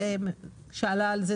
זה יחול על כולם.